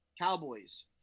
Cowboys